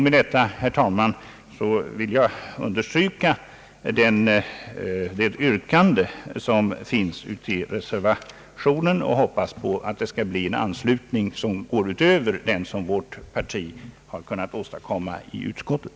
Med detta, herr talman, vill jag understryka det yrkande som framförs i reservationen och hoppas att detta skall vinna en anslutning som går utöver den som vårt parti har lyckats åstadkomma i utskottet.